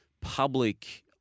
public